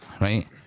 right